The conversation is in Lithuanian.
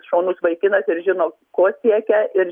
šaunus vaikinas ir žino ko siekia ir